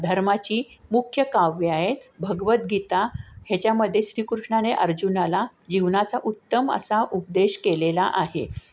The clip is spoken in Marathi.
धर्माची मुख्य काव्यं आहेत भगवद्गीता ह्याच्यामध्ये श्रीकृष्णाने अर्जुनाला जीवनाचा उत्तम असा उपदेश केलेला आहे